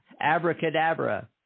Abracadabra